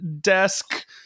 desk